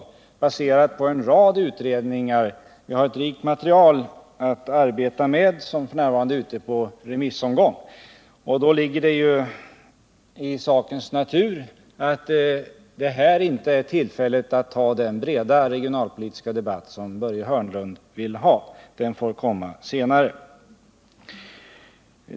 Det kommer att vara baserat på en rad utredningar. Vi har ett rikt material att arbeta med, och det är f. n. ute på en remissomgång. Det ligger då i sakens natur att detta inte är tillfället att ta upp den breda regionalpolitiska debatt som Börje Hörnlund vill ha. Den får komma senare.